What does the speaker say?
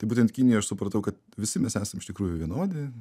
tai būtent kinijoj aš supratau kad visi mes esam iš tikrųjų vienodi